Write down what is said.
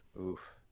oof